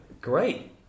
Great